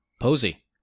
Posey